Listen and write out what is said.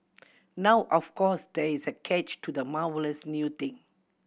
now of course there is a catch to this marvellous new thing